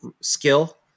skill